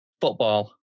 football